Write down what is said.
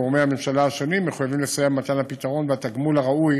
גורמי הממשלה מחויבים לסייע במתן הפתרון והתגמול הראוי